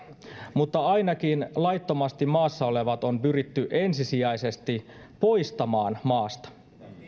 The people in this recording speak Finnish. mutta ainakin laittomasti maassa olevat on pyritty ensisijaisesti poistamaan maasta